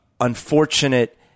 unfortunate